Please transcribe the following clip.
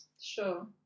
Sure